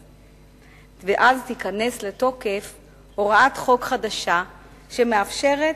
ואז תיכנס לתוקף הוראת חוק חדשה שמאפשרת